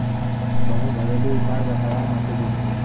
कवनो घरेलू उपाय बताया माटी चिन्हे के?